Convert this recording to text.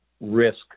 risk